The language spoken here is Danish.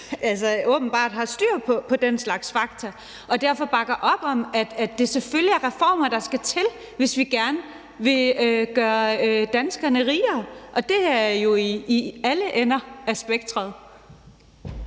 åbenbart ikke har styr på den slags fakta og derfor ikke bakker op om, at det selvfølgelig er reformer, der skal til, hvis vi gerne vil gøre danskerne rigere. Og det er jo i alle ender af spektret.